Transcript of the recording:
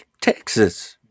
Texas